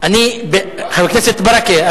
חבר הכנסת ברכה,